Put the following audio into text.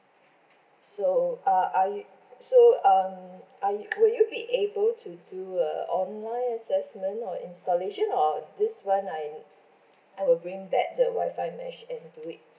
so uh are you so um are you will you be able to do a online assessment or installation or this one I'm I will bring back the wifi mesh and do it